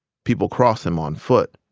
people crossed them on foot,